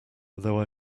although